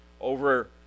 over